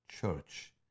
Church